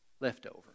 Leftover